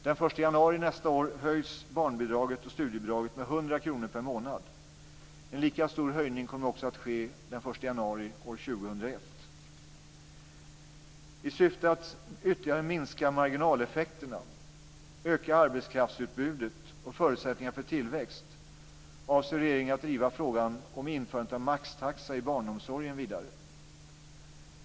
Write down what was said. Den 1 januari nästa år höjs barnbidraget och studiebidraget med 100 kr per månad. En lika stor höjning kommer att ske den 1 januari år 2001. I syfte att ytterligare minska marginaleffekterna och öka arbetskraftsutbudet och förutsätningarna för tillväxt avser regeringen att driva frågan om införandet av maxtaxa i barnomsorgen vidare.